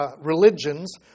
religions